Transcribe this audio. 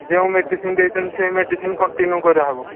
ଯେଉଁ ମେଡ଼ିସିନ ଦେଇଛନ୍ତି ସେହି ମେଡ଼ିସିନ କଂଟିନ୍ୟୁ କରାହେବ